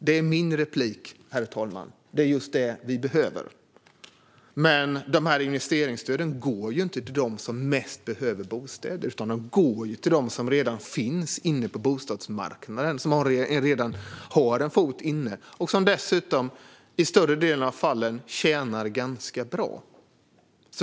Det är min replik, herr talman. Det är just det vi behöver. Men de här investeringsstöden går ju inte till dem som mest behöver bostäder, utan till dem som redan har en fot inne på bostadsmarknaden och som dessutom i större delen av fallen tjänar ganska bra.